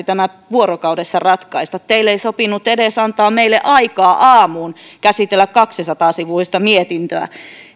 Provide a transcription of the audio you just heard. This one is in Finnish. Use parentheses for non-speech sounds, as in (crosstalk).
(unintelligible) tämä vuorokaudessa ratkaista teille ei sopinut antaa meille aikaa edes aamuun käsitellä kaksisataa sivuista mietintöä